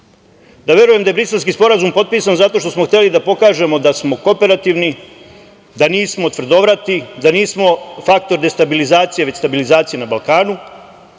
da verujem da je Briselski sporazum potpisan zato što smo hteli da pokažemo da smo kooperativni, da nismo tvrdovrati, da nismo faktor destabilizacije, već stabilizacije na Balkanu